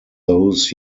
those